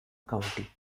county